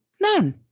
None